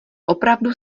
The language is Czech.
opravdu